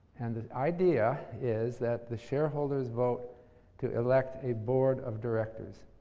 and the idea is that the shareholders vote to elect a board of directors.